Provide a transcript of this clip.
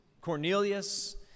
Cornelius